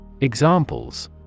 Examples